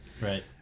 Right